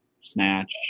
snatch